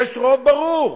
יש רוב ברור.